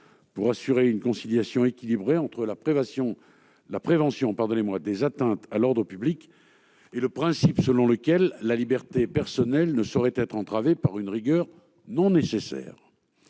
; il assure un équilibre entre la prévention des atteintes à l'ordre public et le principe selon lequel la liberté personnelle ne saurait être entravée par une rigueur non nécessaire.